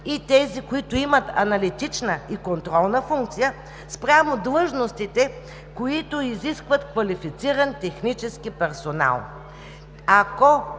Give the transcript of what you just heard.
и тези, които имат аналитична и контролна функция спрямо длъжностите, които изискват квалифициран технически персонал. Ако